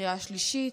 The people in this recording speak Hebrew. בקריאה שלישית,